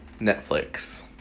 Netflix